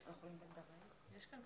יש.